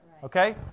Okay